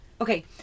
Okay